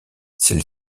celle